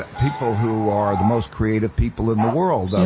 people who are the most creative people in the world.